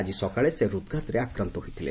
ଆଜି ସକାଳେ ସେ ହୃଦଘାତରେ ଆକ୍ରାନ୍ତ ହୋଇଥିଲେ